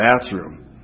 bathroom